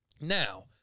Now